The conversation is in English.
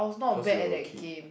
cause you were a kid